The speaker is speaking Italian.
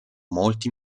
molti